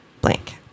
blank